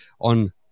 on